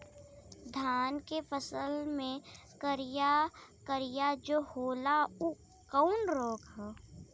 धान के फसल मे करिया करिया जो होला ऊ कवन रोग ह?